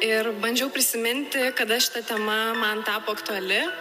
ir bandžiau prisiminti kada šita tema man tapo aktuali